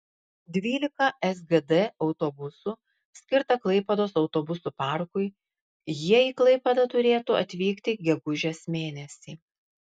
dvylika sgd autobusų skirta klaipėdos autobusų parkui jie į klaipėdą turėtų atvykti gegužės mėnesį